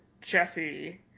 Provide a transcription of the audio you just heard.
Jesse